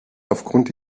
aufgrund